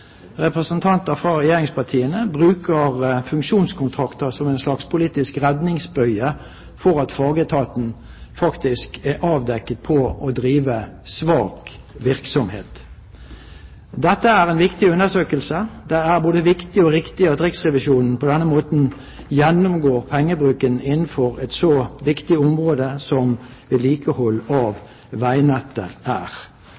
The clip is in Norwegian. representanter fra regjeringspartiene bruker funksjonskontrakter som en slags politisk redningsbøye for at fagetaten faktisk er avdekket med hensyn til å drive svak virksomhet. Dette er en viktig undersøkelse. Det er både viktig og riktig at Riksrevisjonen på denne måten gjennomgår pengebruken innenfor et så viktig område som vedlikehold av veinettet er.